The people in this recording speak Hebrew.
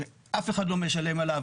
שאף אחד לא משמש עליו,